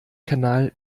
kanal